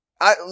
I-